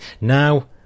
Now